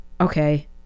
Okay